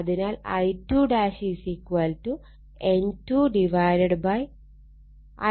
അതിനാൽ I2 N2 I2